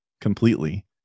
completely